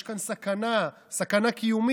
יש כאן סכנה, סכנה קיומית.